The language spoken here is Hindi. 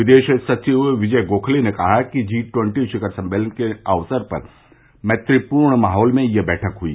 विदेश सविव विजय गोखले ने कहा कि जी ट्वन्टी शिखर सम्मेलन के अवसर पर मैत्रीपूर्ण माहौल में यह बैठक हुई